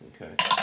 Okay